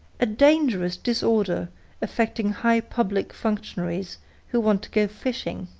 a dangerous disorder affecting high public functionaries who want to go fishing.